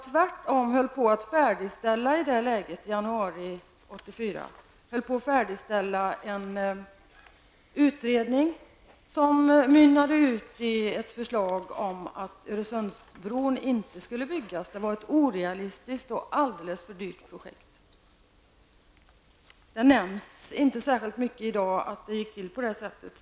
Tvärtom höll han på att färdigställa i januari 84 en utredning som mynnade ut i ett förslag om att bron inte skulle byggas. Det var ett orealistiskt och alldeles för dyrt projekt. Det nämns inte särskilt mycket i dag om att det gick till på det viset.